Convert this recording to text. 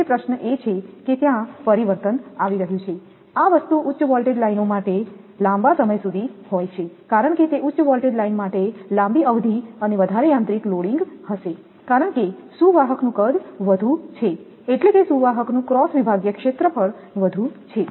તેથી પ્રશ્ન એ છે કે ત્યાં પરિવર્તન આવી રહ્યું છે આ વસ્તુ ઉચ્ચ વોલ્ટેજ લાઇનો માટે લાંબા સમય સુધી હોય છે કારણ કે તે ઉચ્ચ વોલ્ટેજ લાઇન માટે લાંબી અવધિ અને વધારે યાંત્રિક લોડિંગ હશે કારણ કે સુવાહકનું કદ વધુ છે એટલે કે સુવાહકનું ક્રોસ વિભાગીય ક્ષેત્રફળ વધુ છે